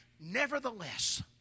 Nevertheless